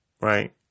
right